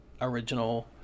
original